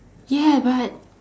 ya but